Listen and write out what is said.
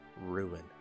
ruin